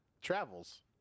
travels